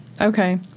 Okay